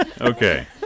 Okay